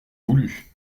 voulu